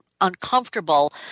uncomfortable